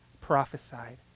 prophesied